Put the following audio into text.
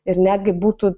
ir netgi būtų